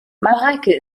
mareike